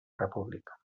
república